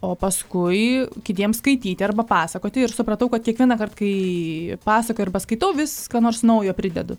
o paskui kitiems skaityti arba pasakoti ir supratau kad kiekvienąkart kai pasakoju arba skaitau vis ką nors naujo pridedu